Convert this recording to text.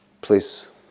Please